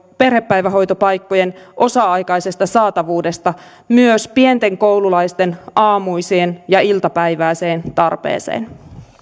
perhepäivähoitopaikkojen osa aikaisesta saatavuudesta myös pienten koululaisten aamuiseen ja iltapäiväiseen tarpeeseen